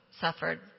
suffered